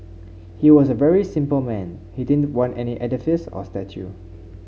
he was a very simple man he didn't want any edifice or statue